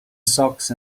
socks